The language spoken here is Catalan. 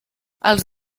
els